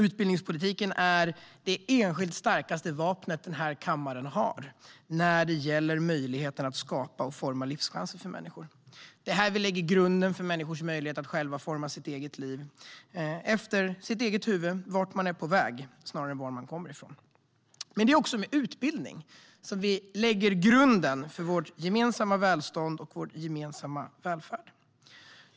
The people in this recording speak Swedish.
Utbildningspolitiken är det enskilt starkaste vapen denna kammare har när det gäller möjligheter att skapa och forma livschanser för människor. Det är här vi lägger grunden för människors möjlighet att själva forma sitt eget liv efter eget huvud och vart man är på väg snarare än varifrån man kommer. Men det är också med utbildning vi lägger grunden för vårt gemensamma välstånd och vår gemensamma välfärd.